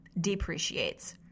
depreciates